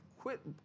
quit